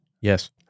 Yes